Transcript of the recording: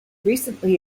recently